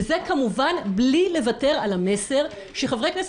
וזה כמובן מבלי לוותר על המסר שחברי הכנסת